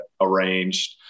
arranged